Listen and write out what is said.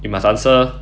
you must answer